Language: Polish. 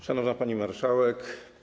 Szanowna Pani Marszałek!